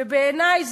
בעיני,